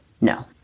no